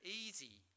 easy